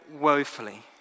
woefully